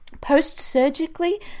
post-surgically